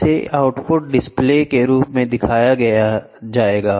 इसे output display के रूप में दिखाया जाएगा